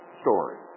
story